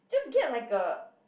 just get like a